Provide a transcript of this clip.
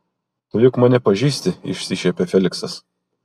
tu juk mane pažįsti išsišiepia feliksas